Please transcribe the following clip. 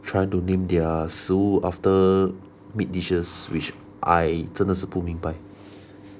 try to name their 食物 after meat dishes which I 真的是不明白